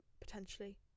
potentially